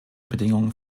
bedingungen